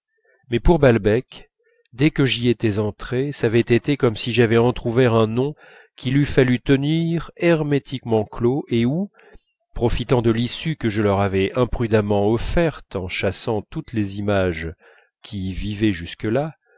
mais pour balbec dès que j'y étais entré ç'avait été comme si j'avais entr'ouvert un nom qu'il eût fallu tenir hermétiquement clos et où profitant de l'issue que je leur avais imprudemment offerte en chassant toutes les images qui y vivaient jusque-là